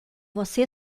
você